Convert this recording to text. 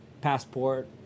passport